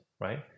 right